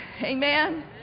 Amen